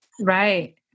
Right